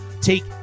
take